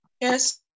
Yes